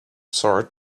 sword